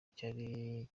cyari